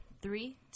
three